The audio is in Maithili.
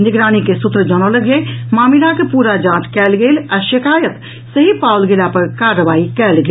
निगरानी के सूत्र जनौलक जे मामिलाक पूरा जांच कयल गेल आ शिकायत सही पाओल गेला पर कार्रवाई कयल गेल